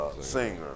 singer